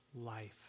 life